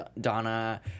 Donna